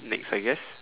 next I guess